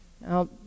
Now